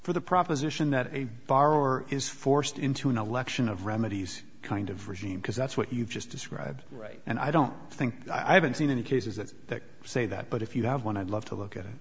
for the proposition that a borrower is forced into an election of remedies kind of regime because that's what you've just described right and i don't think i haven't seen any cases that say that but if you have one i'd love to look at it